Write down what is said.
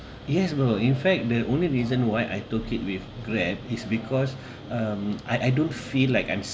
yes bro in fact the only reason why I took it with grab is because um I I don't feel like I'm